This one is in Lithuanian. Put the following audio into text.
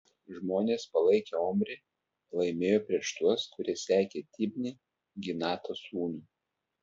žmonės palaikę omrį laimėjo prieš tuos kurie sekė tibnį ginato sūnų